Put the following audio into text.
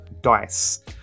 dice